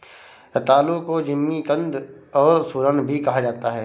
रतालू को जमीकंद और सूरन भी कहा जाता है